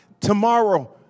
Tomorrow